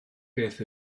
beth